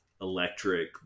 Electric